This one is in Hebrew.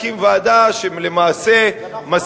והנה ראש הממשלה הקים ועדה שלמעשה, זה נכון.